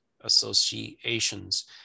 associations